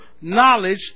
knowledge